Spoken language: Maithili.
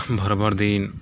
भर भर दिन